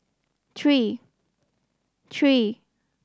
three three